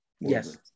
yes